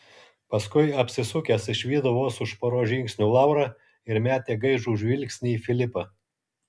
paskui apsisukęs išvydo vos už poros žingsnių laurą ir metė gaižų žvilgsnį į filipą